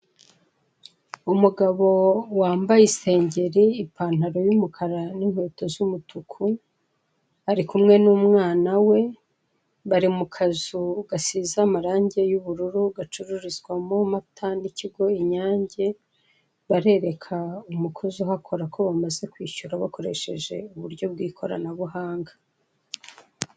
Umugabo wambaye isengeri, ipantaro y'umukara n'inkweto z'umutuku, ari kumwe n'umwana we, bari mu kazu gasize amarangi y'ubururu gacururizwamo mata n'ikigo Inyange, barereka umukozi uhakora ko bamaze kwishyura bakoresheje uburyo bw'ikoranabuhanga.